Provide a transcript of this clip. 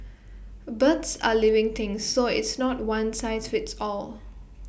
birds are living things so it's not one size fits all